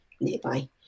nearby